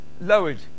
lowered